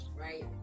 right